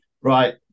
Right